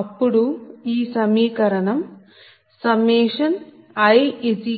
అప్పుడు ఈ సమీకరణం i1mPgi